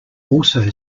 also